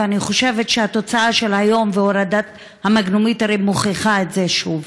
ואני חושבת שהתוצאה של היום והורדת המגנומטרים מוכיחה את זה שוב.